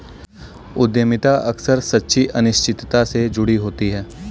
उद्यमिता अक्सर सच्ची अनिश्चितता से जुड़ी होती है